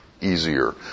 easier